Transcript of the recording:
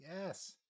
Yes